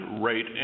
rate